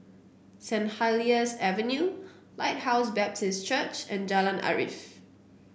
Saint Helier's Avenue Lighthouse Baptist Church and Jalan Arif